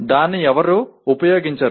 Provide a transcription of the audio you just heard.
దాన్ని ఎవ్వరూ ఉపయోగించరు